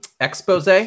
Expose